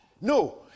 No